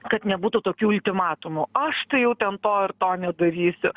kad nebūtų tokių ultimatumų aš tai jau ten to ir to nedarysiu